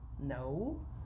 No